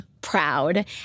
proud